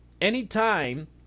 Anytime